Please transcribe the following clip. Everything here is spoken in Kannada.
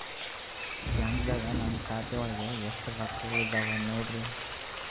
ಬ್ಯಾಂಕ್ದಾಗ ನನ್ ಖಾತೆ ಒಳಗೆ ಎಷ್ಟ್ ರೊಕ್ಕ ಉಳದಾವ ನೋಡ್ರಿ?